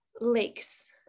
lakes